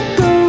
go